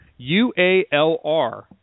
UALR